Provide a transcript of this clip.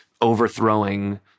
overthrowing